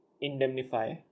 indemnify